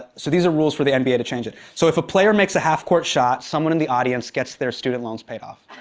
so these are rules for the nba to change. so, if a player makes a half court shot, someone in the audience gets their student loans paid off.